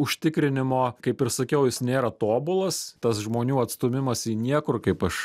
užtikrinimo kaip ir sakiau jis nėra tobulas tas žmonių atstūmimas į niekur kaip aš